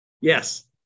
Yes